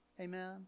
Amen